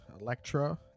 Electra